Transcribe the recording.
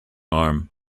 arm